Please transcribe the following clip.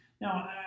Now